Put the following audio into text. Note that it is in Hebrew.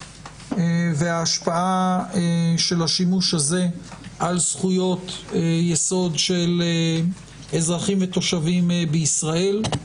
וההשפעה של השימוש הזה על זכויות יסוד של אזרחים ותושבים בישראל.